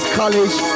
college